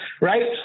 right